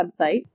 website